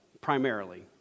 primarily